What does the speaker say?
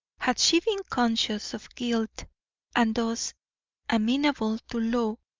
had she been conscious of guilt and thus amenable to law,